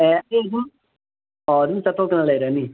ꯑꯣ ꯑꯗꯨꯝ ꯆꯠꯊꯣꯛꯇꯅ ꯂꯩꯔꯅꯤ